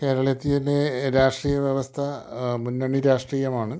കേരളത്തിലെ രാഷ്ട്രീയ വ്യവസ്ഥ മുന്നണി രാഷ്ട്രീയമാണ്